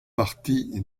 parti